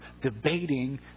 debating